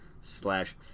slash